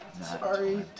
Sorry